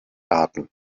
daten